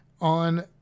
on